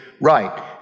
right